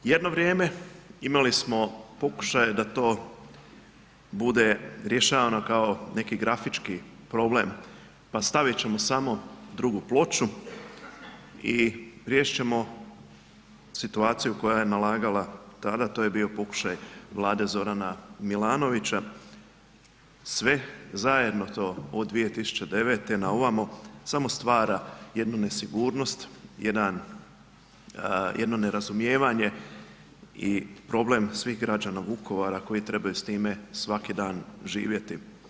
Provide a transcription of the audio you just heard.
Jedno vrijeme imali smo pokušaj da to bude rješavano kao neki grafički problem, pa stavit ćemo samo drugu ploču i riješit ćemo situaciju koja je nalagala tada, to je bio pokušaj Vlade Zorana Milanovića, sve zajedno to od 2009. na ovamo, samo stvara jednu nesigurnost, jedan, jednu nerazumijevanje i problem svih građana Vukovara koji trebaju s time svaki dan živjeti.